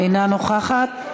אינה נוכחת.